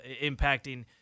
impacting